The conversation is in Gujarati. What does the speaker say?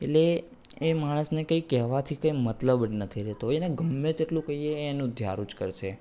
એટલે એ માણસને કંઇ કહેવાથી કંઈ મતલબ જ નથી રહેતો એને ગમે તેટલું કહીએ એ એનું ધાર્યું જ કરશે